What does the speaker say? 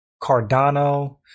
cardano